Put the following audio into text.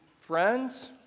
friends